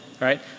right